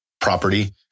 property